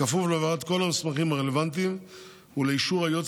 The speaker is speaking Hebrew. בכפוף להעברת כל המסמכים הרלוונטיים ולאישור היועץ